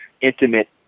intimate